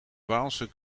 waalse